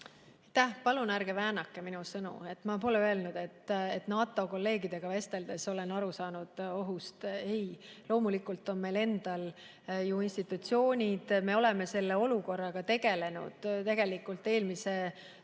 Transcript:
Aitäh! Palun ärge väänake minu sõnu! Ma pole öelnud, et NATO‑kolleegidega vesteldes olen aru saanud ohust. Ei, loomulikult on meil endal ju need institutsioonid, me oleme selle olukorraga tegelenud eelmise aasta